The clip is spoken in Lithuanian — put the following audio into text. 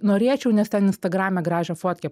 norėčiau nes ten instagrame gražią fotkę